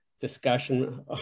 discussion